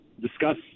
discuss